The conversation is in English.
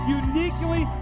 uniquely